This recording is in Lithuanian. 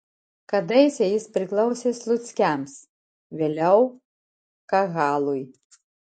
kadaise jis priklausė sluckiams vėliau kahalui